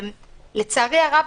לצערי הרב,